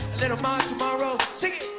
little more tomorrow sing